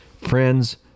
friends